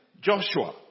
Joshua